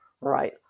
right